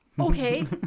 okay